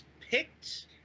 picked